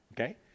okay